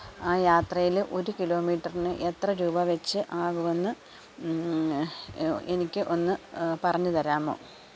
ആ യാത്രയില് ഒരു കിലോമീറ്ററിന് എത്ര രൂപ വെച്ച് ആകുവെന്ന് എനിക്ക് ഒന്ന് പറഞ്ഞ് തരാമോ